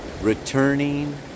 returning